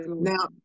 Now